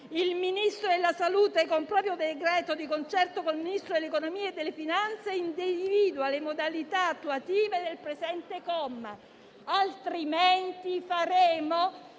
Il Ministro della salute con proprio decreto, di concerto con il Ministro dell'economia e delle finanze individua le modalità attuative del presente comma.». Diversamente creeremo